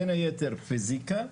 בין היתר פיזיקה,